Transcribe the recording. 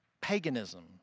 paganism